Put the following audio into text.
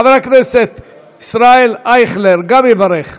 גם חבר הכנסת ישראל אייכלר יברך.